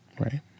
right